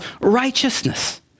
righteousness